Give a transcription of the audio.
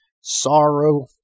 sorrow